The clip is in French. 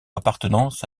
appartenance